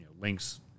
links